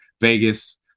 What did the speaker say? Vegas